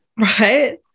right